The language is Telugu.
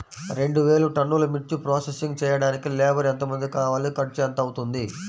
రెండు వేలు టన్నుల మిర్చి ప్రోసెసింగ్ చేయడానికి లేబర్ ఎంతమంది కావాలి, ఖర్చు ఎంత అవుతుంది?